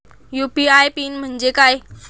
UPI PIN म्हणजे काय?